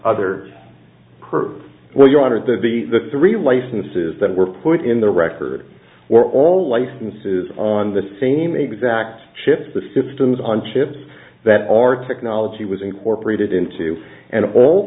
per well your honor the three licenses that were put in the record were all licenses on the same exact shift the systems on ships that our technology was incorporated into and all